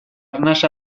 arnas